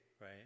right